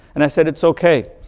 and i said, it's ok.